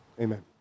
Amen